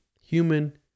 human